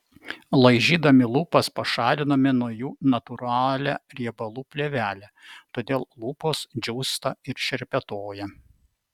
laižydami lūpas pašaliname nuo jų natūralią riebalų plėvelę todėl lūpos džiūsta ir šerpetoja